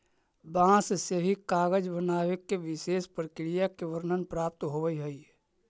बाँस से भी कागज बनावे के विशेष प्रक्रिया के वर्णन प्राप्त होवऽ हई